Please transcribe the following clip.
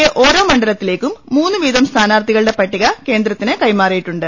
A ഓരോ മണ്ഡലത്തിലേക്കും മൂന്ന് വീതം സ്ഥാനാർത്ഥികളുടെ ്പട്ടികൃ കൈന്ദ്രത്തിന് കൈമാറി യിട്ടുണ്ട്